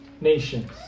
nations